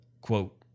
quote